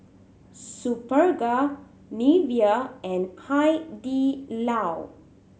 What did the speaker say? Superga Nivea and Hai Di Lao